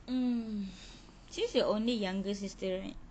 mm she's your only younger sister right